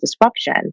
disruption